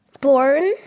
Born